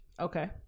Okay